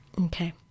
Okay